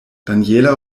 daniela